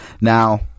Now